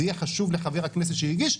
זה יהיה חשוב לחבר הכנסת שהגיש,